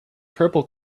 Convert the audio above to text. purple